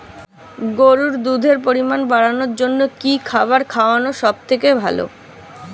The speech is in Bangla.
গরুর দুধের পরিমাণ বাড়ানোর জন্য কি খাবার খাওয়ানো সবথেকে ভালো?